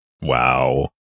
Wow